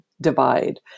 divide